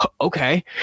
okay